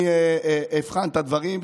שאני אבחן את הדברים,